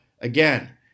Again